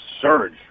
surge